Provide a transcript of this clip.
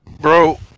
Bro